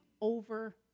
over